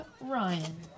Ryan